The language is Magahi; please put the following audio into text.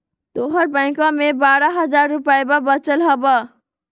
तोहर बैंकवा मे बारह हज़ार रूपयवा वचल हवब